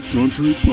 Country